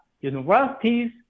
universities